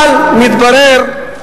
תשאל אותו עד מתי,